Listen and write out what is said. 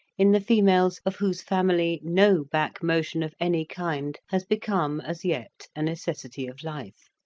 in the females of whose family no back-motion of any kind has become as yet a necessity of life.